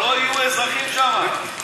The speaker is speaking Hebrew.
לא יהיו אזרחים שם,